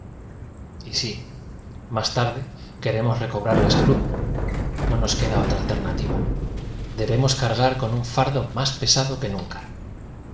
más tarde queremos recobrar la salud no nos queda otra alternativa debemos carga r con un fa rdo más pesado que nunca